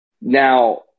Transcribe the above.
Now